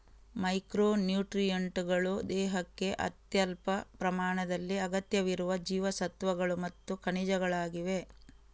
micro ನ್ಯೂಟ್ರಿಯೆಂಟುಗಳು ದೇಹಕ್ಕೆ ಅತ್ಯಲ್ಪ ಪ್ರಮಾಣದಲ್ಲಿ ಅಗತ್ಯವಿರುವ ಜೀವಸತ್ವಗಳು ಮತ್ತು ಖನಿಜಗಳಾಗಿವೆ